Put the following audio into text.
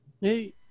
Hey